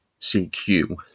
CQ